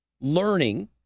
learning